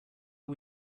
are